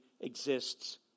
exists